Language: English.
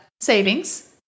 savings